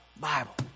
Bible